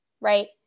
Right